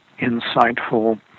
insightful